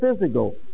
physical